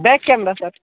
back camera sir